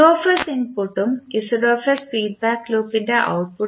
ഇൻപുട്ടും ഫീഡ്ബാക്ക് ലൂപ്പിൻറെ ഔട്ട്പുട്ടും ആണ്